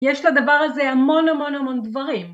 יש לדבר הזה המון המון המון דברים.